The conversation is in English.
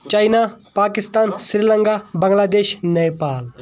China Pakistan Sri Lanka Bangladesh Nepal